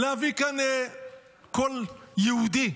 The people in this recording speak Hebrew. להביא כאן קול יהודי.